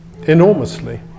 enormously